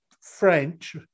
French